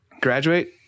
graduate